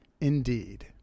Indeed